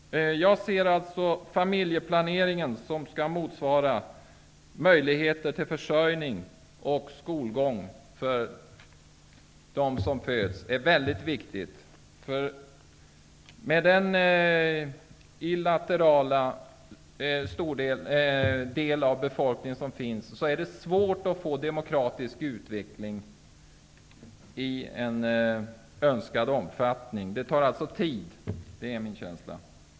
Jag anser alltså att familjeplaneringen är mycket viktig. Den skall ge möjligheter till försörjning av och skolgång för de barn som föds. På grund av att det finns en illitterat del av befolkningen, är det svårt att få till stånd en demokratisk utveckling i önskad omfattning. Det tar alltså tid -- det är min känsla.